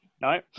No